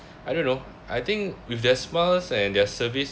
I don't know I think with their smiles and their service